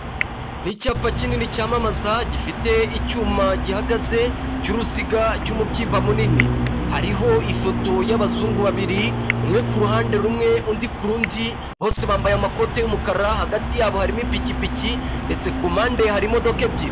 Ni icyapa kinini cyamamaza, gifite icyuma gihagaze cy'uruziga cy'umubyimba munini. Hariho ifoto y'abazungu babiri umwe k'uruhande rumwe undi k'urundi, bose bambaye amakoti y'umukara hagati yabo harimo ipikipiki ndetse ku mpande hari imodoka ebyiri.